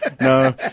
No